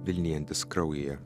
vilnijantis kraujyje